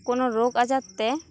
ᱠᱚᱱᱚ ᱨᱳᱜᱽ ᱟᱡᱟᱨ ᱛᱮ